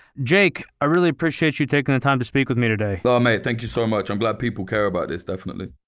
jake, i really appreciate you taking the time to speak with me today. oh mate, thank you so much. i'm glad people care about this, definitely.